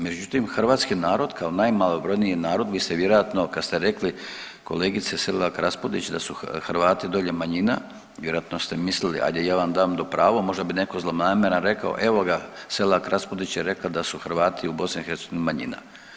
Međutim, hrvatski narod kao najmalobrojniji narod bi se vjerojatno kad ste rekli kolegice Selak Raspudić da su Hrvati dolje manjina vjerojatno ste milili, ajde ja vam dam do pravo, možda bi netko zlonamjeran rekao evo ga Selak Raspudić je rekla da su Hrvati u BiH manjina.